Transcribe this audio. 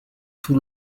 tout